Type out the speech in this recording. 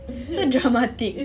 so dramatic